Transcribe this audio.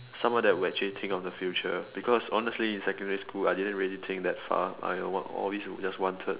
someone that will actually think of the future because honestly in secondary school I didn't really think that far I uh always just wanted